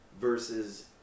versus